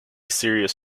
serious